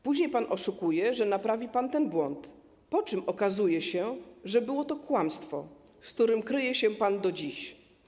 Później pan oszukuje, że naprawi pan ten błąd, po czym okazuje się, że było to kłamstwo, z którym kryje się pan do dziś.